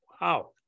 wow